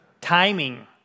Timing